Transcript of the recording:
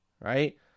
right